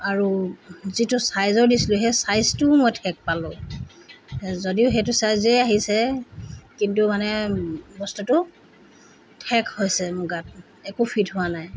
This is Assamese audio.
আৰু যিটো চাইজৰ দিছিলোঁ সেই চাইজটোও মই ঠেক পালোঁ যদিও সেইটো চাইজে আহিছে কিন্তু মানে বস্তুটো ঠেক হৈছে মোৰ গাত একো ফিট হোৱা নাই